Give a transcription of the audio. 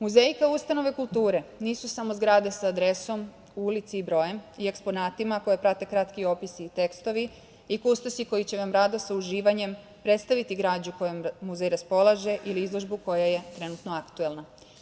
Muzeji kao ustanove kulture nisu samo zgrade sa adresom, ulicom i brojem i eksponatima koje prate kratki opisi i tekstovi i kustosi koji će vam rado sa uživanjem predstaviti građu kojom muzej raspolaže ili izložbu koja je trenutno aktuelna.